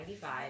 95